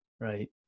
Right